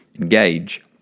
engage